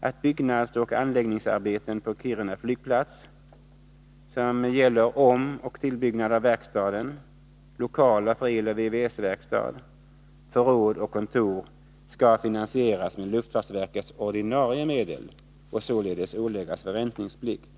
att byggnadsoch anläggningsarbeten på Kiruna flygplats, som gäller omoch tillbyggnad av verkstaden, lokaler för eloch VVS-verkstad, förråd och kontor, skall finansieras med luftfartsverkets ordinarie medel och således åläggas förräntningsplikt.